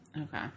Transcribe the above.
Okay